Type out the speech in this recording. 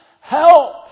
help